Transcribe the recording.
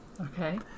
Okay